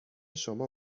شما